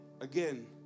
Again